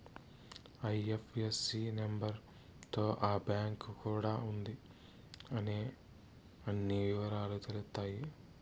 IFSC number తో ఆ bank యాడా ఉంది అనే అన్ని ఇవరాలు తెలుత్తాయి